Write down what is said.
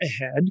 ahead